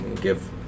give